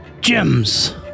Gems